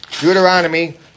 Deuteronomy